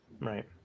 Right